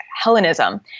Hellenism